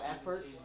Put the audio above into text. effort